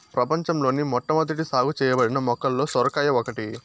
ప్రపంచంలోని మొట్టమొదట సాగు చేయబడిన మొక్కలలో సొరకాయ ఒకటి